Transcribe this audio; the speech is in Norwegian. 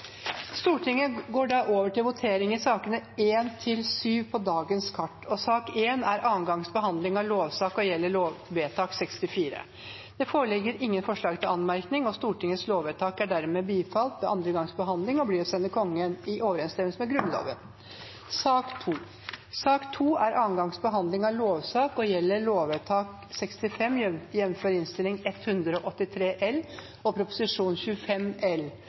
Stortinget går da til votering over sakene 1–7 på dagens kart. Sak nr. 1 er andre gangs behandling av lovsak og gjelder lovvedtak 64. Det foreligger ingen forslag til anmerkning. Stortingets lovvedtak er dermed bifalt ved andre gangs behandling og blir å sende Kongen i overensstemmelse med Grunnloven. Sak nr. 2 er andre gangs behandling av lovsak og gjelder lovvedtak 65. Under debatten har Ketil Kjenseth satt fram et forslag på vegne av energi- og